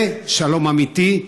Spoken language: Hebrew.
זה שלום אמיתי.